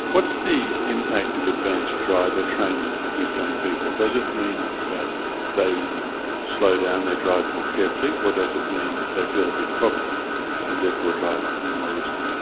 what's the impact of advanced driver training with young people? does it mean that they slow down, they drive more carefully, or does it mean they feel a bit cocky and therefore drive in a more risky manner?